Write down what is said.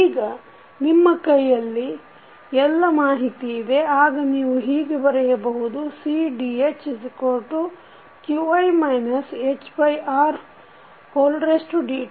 ಈಗ ನಿಮ್ಮ ಕೈಯಲ್ಲಿ ಎಲ್ಲ ಮಾಹಿತಿಯಿದೆ ಆಗ ನೀವು ಹೀಗೆ ಬರೆಯಬಹುದು Cdhqi hRdt